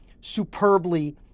superbly